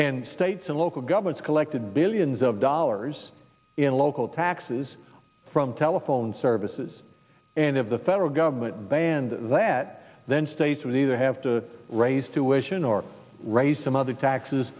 and states and local governments collected billions of dollars in local taxes from telephone services and of the federal government band that then states was either have to raise tuition or raise some other taxes